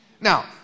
Now